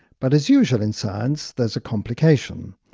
but as usual in science there's a complication.